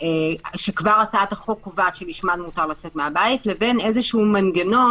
שכבר הצעת החוק קובעת שלשמן מותר לצאת מהבית לבין איזשהו מנגנון,